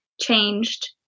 changed